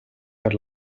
per